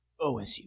OSU